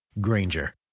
Granger